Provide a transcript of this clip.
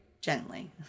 gently